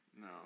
No